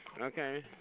Okay